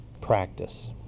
practice